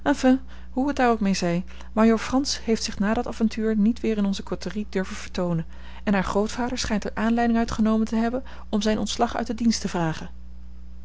enfin hoe het daar ook mee zij majoor frans heeft zich na dat avontuur niet weer in onze côterie durven vertoonen en haar grootvader schijnt er aanleiding uit genomen te hebben om zijn ontslag uit den dienst te vragen